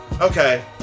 Okay